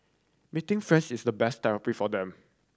meeting friends is the best therapy for them